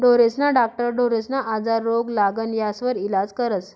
ढोरेस्ना डाक्टर ढोरेस्ना आजार, रोग, लागण यास्वर इलाज करस